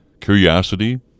curiosity